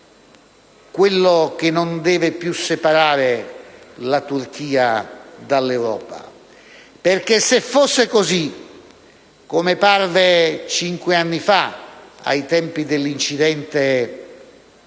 quello che non deve più separare la Turchia dall'Europa, perché se fosse così, come parve cinque anni fa ai tempi dell'incidente